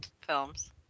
films